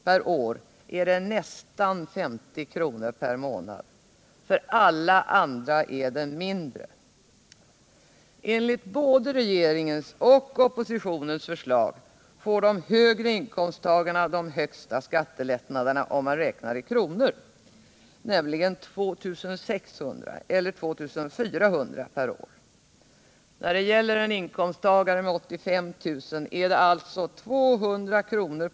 per år, är det nästan 50 kr. per månad. För alla andra är det mindre. Enligt både regeringens och oppositionens förslag får de högre inkomsttagarna de största skattelättnaderna om man räknar i kronor, nämligen 2 600 eller 2 400 kr. per år. När det gäller en inkomsttagare med 85 000 kr. är det alltså 200 kr.